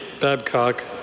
Babcock